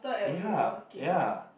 ya ya